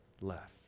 left